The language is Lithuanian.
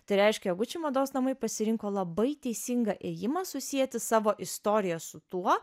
tai reiškia gucci mados namai pasirinko labai teisingą ėjimą susieti savo istoriją su tuo